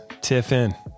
Tiffin